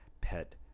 pet